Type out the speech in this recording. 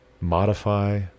modify